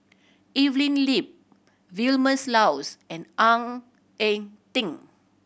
Evelyn Lip Vilma Laus and Ang Ah Tee